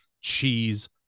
cheese